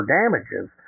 damages